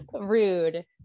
rude